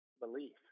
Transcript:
belief